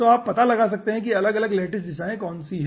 तो आप पता लगा सकते हैं कि अलग अलग लैटिस दिशाएं कौन सी हैं